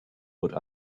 what